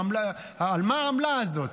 על מה העמלה הזאת,